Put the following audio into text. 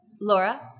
Laura